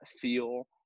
feel